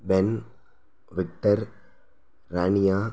pen Victor Rania